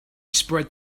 spread